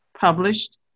published